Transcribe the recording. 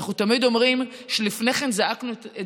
אנחנו תמיד אומרים שלפני כן זעקנו את